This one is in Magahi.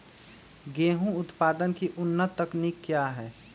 गेंहू उत्पादन की उन्नत तकनीक क्या है?